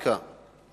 באפריקה,